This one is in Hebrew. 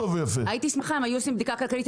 הייתי שמחה אם היו עושים בדיקה כלכלית.